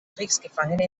kriegsgefangene